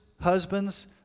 husbands